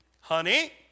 Honey